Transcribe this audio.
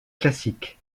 classiques